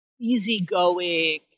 easygoing